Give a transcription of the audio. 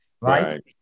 right